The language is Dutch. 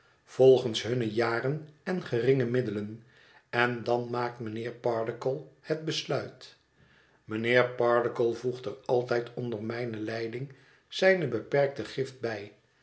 volgens hunne jaren en geringe middelen en dan maakt mijnheer pardiggle het besluit mijnheer pardiggle voegt er altijd onder mijne leiding zijne beperkte gift bij